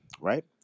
right